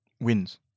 wins